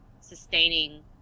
sustaining